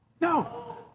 No